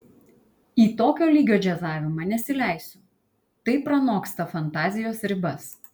į tokio lygio džiazavimą nesileisiu tai pranoksta fantazijos ribas